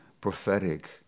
prophetic